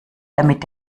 damit